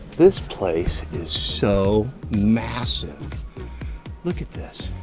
this place is so massive look at this!